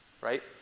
right